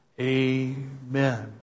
amen